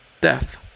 death